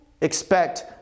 expect